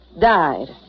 Died